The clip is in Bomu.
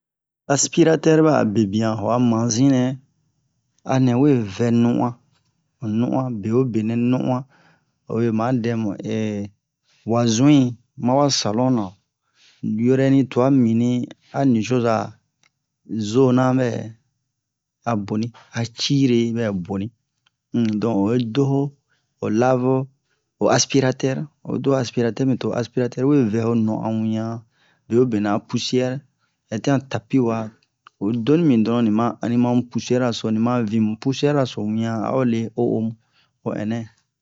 aspiratɛr bɛ'a bebian ho a manzi nɛ anɛ we vɛ nu'uwan han nu'uwan bewobe nɛ nu'uwan obe ma dɛmu wa zun'i ma wa salon na yorɛni tua mibini a nicoza zona bɛ a boni a cire hibɛ boni um don oyi doho ho lave ho aspiratɛr o doho aspiratɛr mi toho aspiratɛr we vɛ ho non'on wian bewobe nɛ a pusiɛr hɛtian tapi wa oyi doni mi don'on ni ma ani ma mu pusiɛr ra so ni ma vimu pusiɛr ra so wian a ho le o'omu ho ɛnɛ